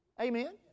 Amen